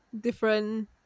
different